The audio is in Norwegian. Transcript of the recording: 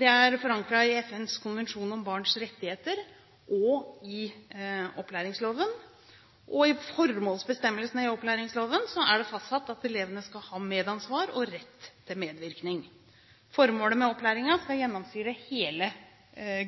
Det er forankret i FNs konvensjon om barns rettigheter og i opplæringsloven. I formålsbestemmelsen i opplæringsloven er det fastsatt at elevene skal ha medansvar og rett til medvirkning. Formålet skal gjennomsyre hele